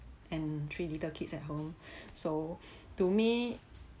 and three little kids at home so to me